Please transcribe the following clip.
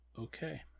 Okay